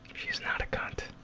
she's not a cunt.